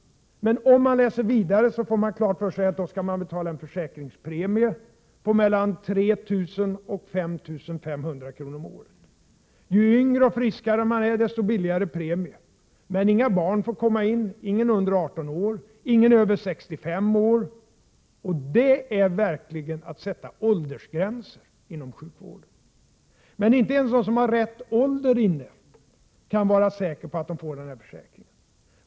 Men den som läser vidare får klart för sig att man då skall betala en försäkringspremie på mellan 3 000 och 5 500 kr. om året. Ju yngre och friskare man är, desto lägre premie. Men inga barn får komma in, ingen under 18 år och ingen över 65 år — det är verkligen att sätta åldersgränser inom sjukvården. Men inte ens de som har rätt ålder inne kan vara säkra på att de får den här försäkringen.